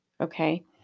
Okay